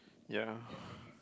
ya